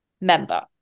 member